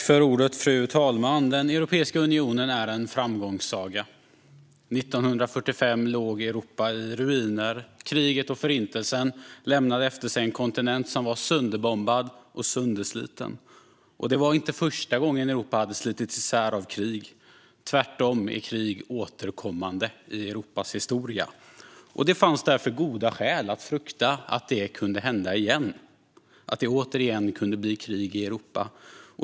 Fru talman! Europeiska unionen är en framgångssaga. År 1945 låg Europa i ruiner. Kriget och Förintelsen lämnade efter sig en kontinent som var sönderbombad och söndersliten. Och det var inte första gången Europa hade slitits isär av krig. Tvärtom är krig återkommande i Europas historia. Det fanns därför goda skäl att frukta att det kunde hända igen, att det återigen kunde bli krig i Europa.